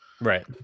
Right